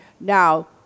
Now